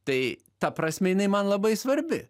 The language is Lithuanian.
tai ta prasme jinai man labai svarbi